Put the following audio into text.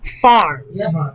farms